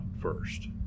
first